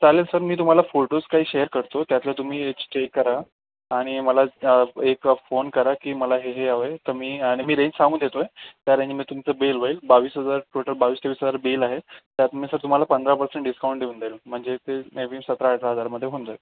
चालेल सर मी तुम्हाला फोटोज काही शेयर करतो त्यातलं तुम्ही चे चेक करा आणि मला एक फोन करा की मला हे हे हवं आहे तर मी आणि मी रेंज सांगून देतो आहे त्या रेंजमध्ये तुमचं बिल होईल बावीस हजार टोटल बावीस तेवीस हजार बिल आहे त्यात मी सर तुम्हाला पंधरा पर्सेंट डिस्काउंट देऊन देईल म्हणजे ते मे पण सतरा अठरा हजारमध्ये होऊन जाईल